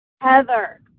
Heather